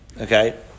Okay